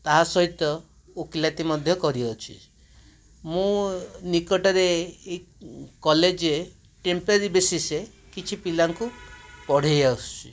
ତାହା ସହିତ ଓକିଲାତି ମଧ୍ୟ କରିଅଛି ମୁଁ ନିକଟରେ ଏଇ କଲେଜରେ ଟେମ୍ପୋରାରୀ ବେସିସ୍ କିଛି ପିଲାଙ୍କୁ ପଢ଼ାଇ ଆସୁଛି